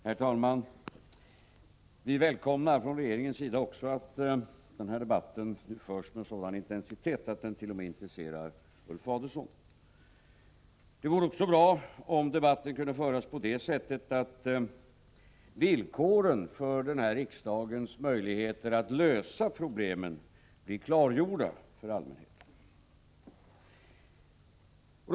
Herr talman! Vi välkomnar också, från regeringens sida, att den här debatten förs med sådan intensitet att den t.o.m. intresserar Ulf Adelsohn. Det vore också bra om debatten kunde föras på det sättet att villkoren för den här riksdagens möjligheter att lösa problemen blir klargjorda för allmänheten.